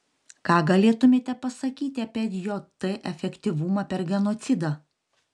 ką galėtumėte pasakyti apie jt efektyvumą per genocidą